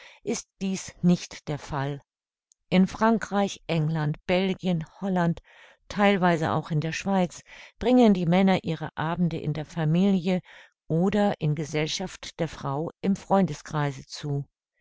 ist dies nicht der fall in frankreich england belgien holland theilweise auch in der schweiz bringen die männer ihre abende in der familie oder in gesellschaft der frau im freundeskreise zu